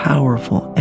powerful